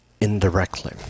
indirectly